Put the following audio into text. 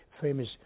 famous